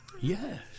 Yes